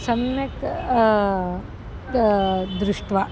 सम्यक् दा दृष्ट्वा